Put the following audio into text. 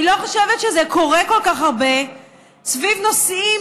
אני לא חושבת שזה קורה כל כך הרבה סביב נושאים